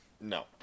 No